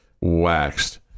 Waxed